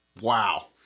wow